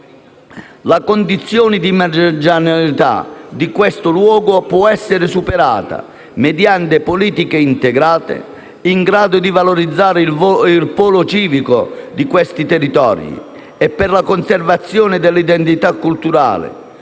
La condizione di marginalità di questi luoghi può essere superata mediante politiche integrate in grado di valorizzare il polo civico di questi territori e per la conservazione delle identità culturali.